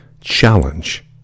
challenge